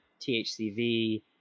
THCV